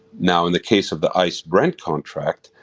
now, in the case of the ice brent contract,